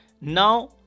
now